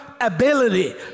ability